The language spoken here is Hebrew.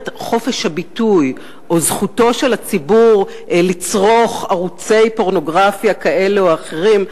חופש הביטוי או זכותו של הציבור לצרוך ערוצי פורנוגרפיה כאלה או אחרים,